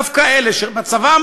דווקא אלה שמצבם,